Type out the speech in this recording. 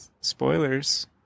Spoilers